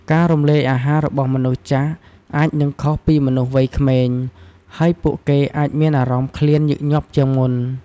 ការរំលាយអាហាររបស់មនុស្សចាស់អាចនឹងខុសពីមនុស្សវ័យក្មេង ហើយពួកគេអាចមានអារម្មណ៍ឃ្លានញឹកញាប់ជាងមុន។